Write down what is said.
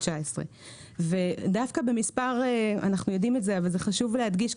2019. אנחנו יודעים את זה אבל זה חשוב להדגיש,